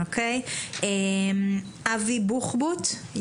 אבי בוחבוט,